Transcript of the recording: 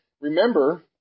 Remember